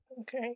Okay